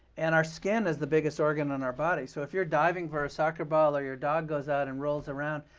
and our skin is the biggest organ in our body. so if you're diving for a soccer ball, or your dog goes out, and rolls around,